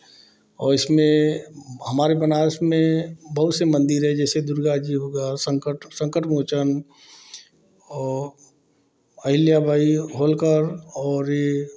और इसमें हमारे बनारस में बहुत से मंदिर है जैसे दुर्गा जी होगा और संकट संकट मोचन अहिल्याबाई होल्कर और यह